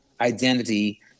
identity